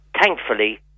thankfully